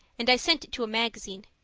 and i sent it to a magazine.